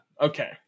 Okay